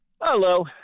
Hello